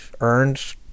earned